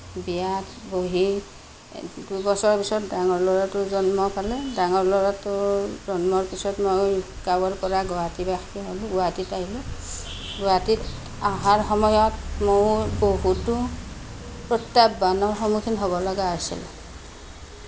বিয়াত বহি দুবছৰৰ পাছত ডাঙৰ ল'ৰাটো জন্ম পালে ডাঙৰ ল'ৰাটোৰ জন্মৰ পিছত মই গাঁৱৰ পৰা গুৱাহাটীবাসী হ'লোঁ গুৱাহাটীত আহিলোঁ গুৱাহাটীত অহাৰ সময়ত মোৰ বহুতো প্ৰত্যাহ্বানৰ সন্মুখীন হ'ব লগা হৈছিল